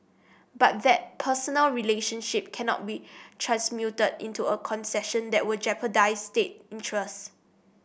but that personal relationship cannot be transmuted into a concession that will jeopardise state interests